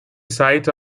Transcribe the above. site